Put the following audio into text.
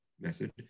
method